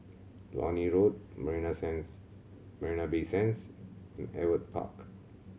Lornie Road Marina Sands Marina Bay Sands and Ewart Park